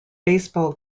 baseball